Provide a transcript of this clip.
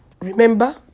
Remember